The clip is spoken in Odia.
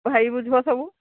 ଭାଇ ବୁଝିବ ସବୁ